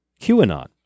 QAnon